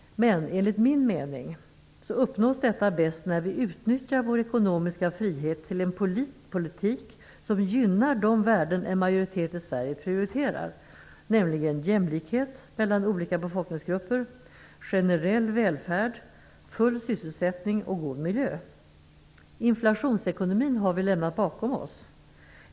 Men enligt min mening uppnås detta bäst när vi utnyttjar vår ekonomiska frihet till att driva en politik som gynnar de värden en majoritet i Sverige prioriterar, nämligen jämlikhet mellan olika befolkningsgrupper, generell välfärd, full sysselsättning och god miljö. Inflationsekonomin har vi lämnat bakom oss.